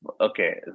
okay